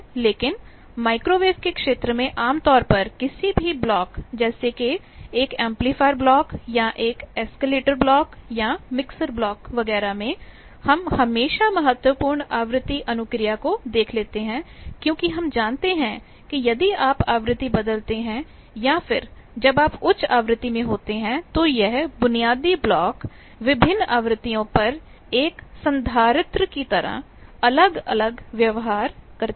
लेकिन माइक्रोवेव के क्षेत्र में आम तौर पर किसी भी ब्लॉक जैसे कि एक एम्पलीफायर ब्लॉक या एक एस्केलेटर ब्लॉक या मिक्सर ब्लॉक वगैरह में हम हमेशा महत्वपूर्ण फ्रीक्वेंसी रिस्पांस frequency responseआवृत्ति अनुक्रिया को देख लेते हैं क्योंकि हम जानते हैं कि यदि आप आवृत्ति बदलते हैं या फिर जब आप उच्च आवृत्ति में होते हैं तो यह बुनियादी ब्लॉक विभिन्न आवृत्तियों पर एक कपैसिटर capacitorसंधारित्र की तरह अलग अलग व्यवहार करते हैं